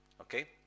Okay